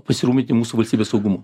pasirūpinti mūsų valstybės saugumu